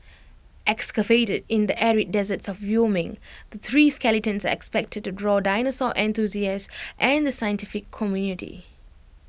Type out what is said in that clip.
excavated in the arid deserts of Wyoming the three skeletons are expected to draw dinosaur enthusiasts and the scientific community